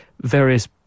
various